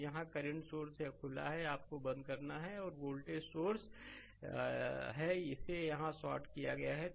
तो यहाँ current source यह खुला है आपको बंद करना है और वोल्टेज सोर्स है इसे यहाँ शॉर्ट किया गया है